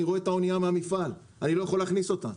אני רואה את האונייה מהמפעל ואני לא יכול להכניס אותה.